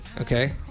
Okay